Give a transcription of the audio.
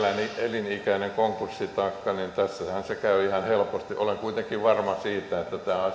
elinikäinen konkurssitaakka niin tässähän se käy ihan helposti olen kuitenkin varma siitä että tämä asia